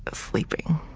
ah sleeping.